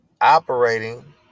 operating